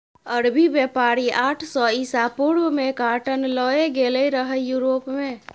अरबी बेपारी आठ सय इसा पूर्व मे काँटन लए गेलै रहय युरोप मे